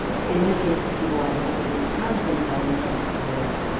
in many cases, the people i was interviewing, have been telling their own stories.